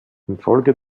infolge